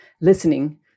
listening